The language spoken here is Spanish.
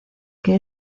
que